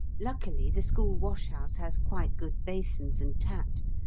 luckily the school washhouse has quite good basins and taps,